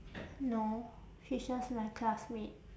no she's just my classmate